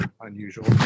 unusual